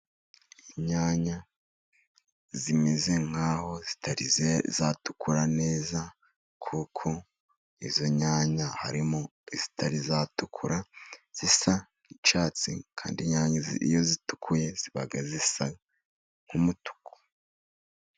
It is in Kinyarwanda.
Inyanya zimeze nk'aho zitari zatukura neza, kuko izo nyanya, harimo izitari zatukura zisa icyatsi kandi inyanya iyo zitukuye ziba zisa n'umutuku.